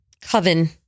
Coven